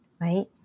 right